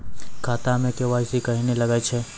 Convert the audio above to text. खाता मे के.वाई.सी कहिने लगय छै?